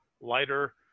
lighter